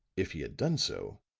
if he had done so,